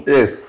Yes